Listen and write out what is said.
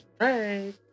Right